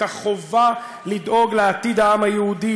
את החובה לדאוג לעתיד העם היהודי,